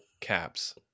caps